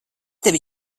tevi